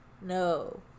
No